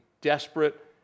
desperate